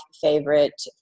favorite